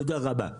תודה רבה.